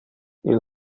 illo